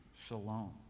shalom